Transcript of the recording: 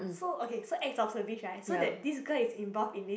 so okay so acts of service right so that this girl is involved in this